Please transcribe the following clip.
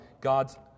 God's